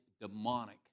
demonic